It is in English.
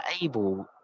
able